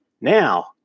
Now